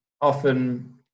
often